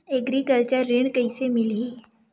Agriculture ऋण कइसे मिलही?